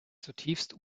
zutiefst